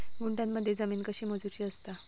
गुंठयामध्ये जमीन कशी मोजूची असता?